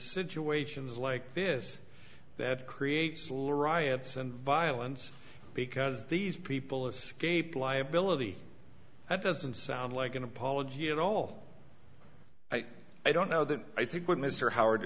situations like this that creates little riots and violence because these people escape liability that doesn't sound like an apology at all i don't know that i think what mr howard